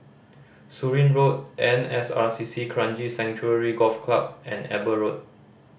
Surin Road N S R C C Kranji Sanctuary Golf Club and Eber Road